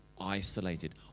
isolated